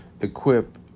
equip